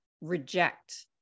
reject